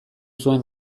zuen